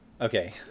Okay